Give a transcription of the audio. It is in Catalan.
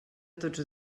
tots